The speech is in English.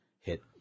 hit